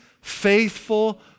faithful